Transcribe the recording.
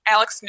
Alex